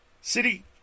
City